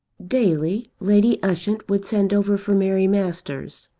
daily lady ushant would send over for mary masters,